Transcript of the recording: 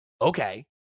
okay